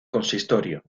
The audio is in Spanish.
consistorio